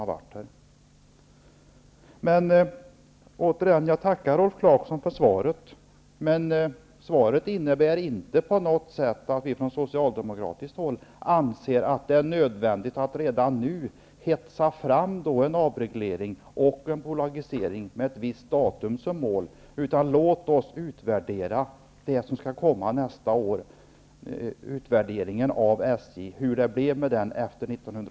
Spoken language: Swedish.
Jag tackar återigen Rolf Clarkson för svaret. Men svaret innebär inte på något sätt att vi från socialdemokratiskt håll anser att det är nödvändigt att redan nu hetsa fram en avreglering och bolagisering med ett visst datum som mål. Låt oss göra en utvärdering av hur det blev med SJ efter